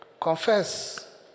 Confess